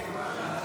הבאה: